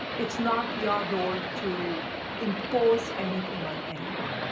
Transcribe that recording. it's not your role to impose anything on anyone.